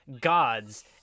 gods